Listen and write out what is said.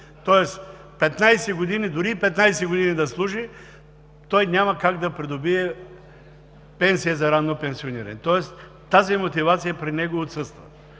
Тоест дори и 15 години да служи, той няма как да придобие пенсия за ранно пенсиониране, тази мотивация при него отсъства.